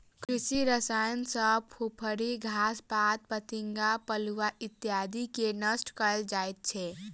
कृषि रसायन सॅ फुफरी, घास पात, फतिंगा, पिलुआ इत्यादिके नष्ट कयल जाइत छै